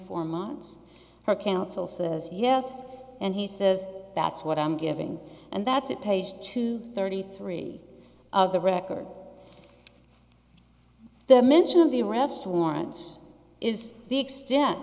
four months her counsel says yes and he says that's what i'm giving and that's at page two thirty three of the record the mention of the arrest warrant is the extent